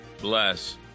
bless